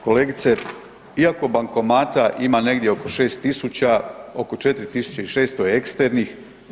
Kolegice, iako bankomata ima negdje oko 6000 oko 4600 je eksternih.